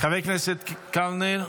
חבר הכנסת קלנר,